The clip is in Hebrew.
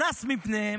שנס מפניהם,